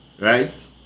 right